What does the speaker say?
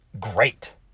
great